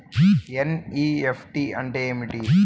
NEFT అంటే ఏమిటి?